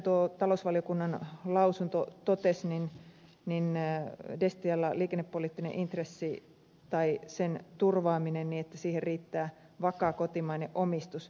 tuossa talousvaliokunnan lausunto totesin minä edes tiellä lausunnossa todettiin että destialla liikennepoliittisen intressin turvaamiseen riittää vakaa kotimainen omistus